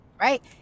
right